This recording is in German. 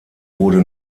wurde